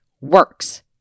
works